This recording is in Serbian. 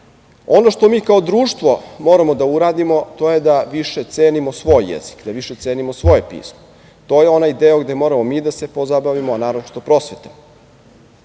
što mi kao društvo moramo da uradimo, to je da više cenimo svoj jezik, da više cenimo svoje pismo. To je onaj deo gde moramo mi da se pozabavimo, a naročito prosveta. Evo,